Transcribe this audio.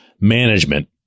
Management